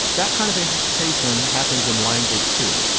that kind of anticipation happens in language, too.